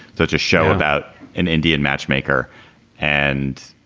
such a show about an indian matchmaker and